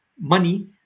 money